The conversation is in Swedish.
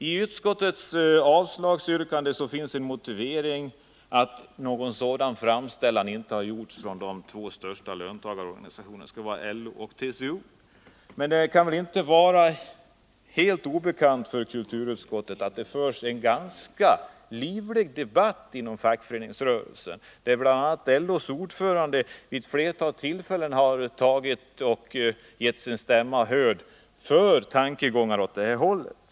I utskottets avslagsyrkande finns motiveringen att någon framställning härom inte gjorts av de två största löntagarorganisationerna, dvs. LO och TCO. Men det kan väl inte vara helt obekant för kulturutskottet att det förs en ganska livlig debatt om detta inom fackföreningsrörelsen. Bl. a. har LO:s ordförande vid ett flertal tillfällen gjort sin stämma hörd och framfört tankegångar av det här slaget.